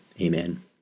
amen